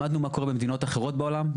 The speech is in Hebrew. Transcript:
למדנו מה קורה במדינות אחרות בעולם,